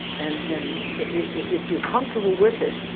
and and but if you're comfortable with it,